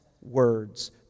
words